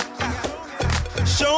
Show